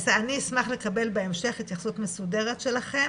בסדר, אני אשמח לקבל בהמשך התייחסות מסודרת שלכם,